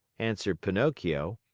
answered pinocchio,